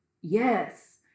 Yes